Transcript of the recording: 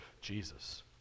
jesus